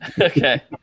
Okay